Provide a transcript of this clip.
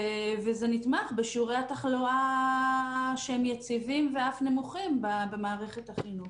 וזה נתמך בשיעורי התחלואה שהם יציבים ואף נמוכים במערכת החינוך.